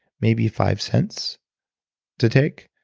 maybe five cents to take,